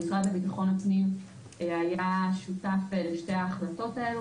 המשרד לביטחון פנים היה שותף לשתי ההחלטות האלה,